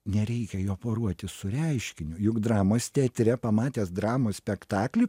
nereikia jo poruoti su reiškiniu juk dramos teatre pamatęs dramos spektaklį